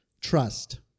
Trust